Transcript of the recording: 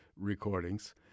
recordings